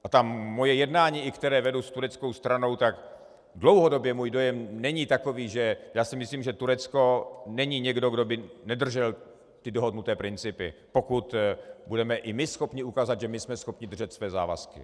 A ta moje jednání, která vedu s tureckou stranou, tak dlouhodobě můj dojem není takový, že já si myslím, že Turecko není někdo, kdo by nedržel dohodnuté principy, pokud budeme i my schopni ukázat, že my jsme schopni držet své závazky.